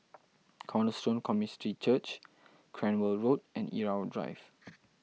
Cornerstone Community Church Cranwell Road and Irau Drive